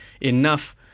enough